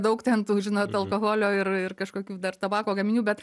daug ten žinot alkoholio ir ir kažkokių dar tabako gaminių bet